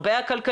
הרבה על הכלכלי,